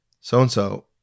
so-and-so